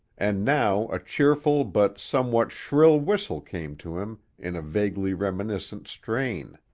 and now a cheerful but somewhat shrill whistle came to him in a vaguely reminiscent strain.